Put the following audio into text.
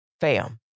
Fam